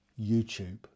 youtube